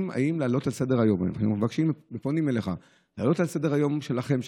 אנחנו פונים אליך: להעלות את זה על סדר-היום שלכם,